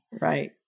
Right